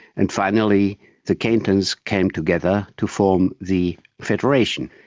and finally the cantons came together to form the federation.